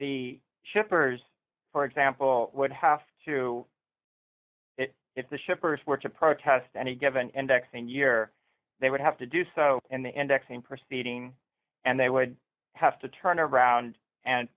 shippers for example would have to it if the shippers were to protest any given and taxing year they would have to do so in the indexing proceeding and they would have to turn around and